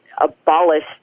abolished